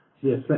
Yes